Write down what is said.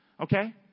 Okay